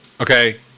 okay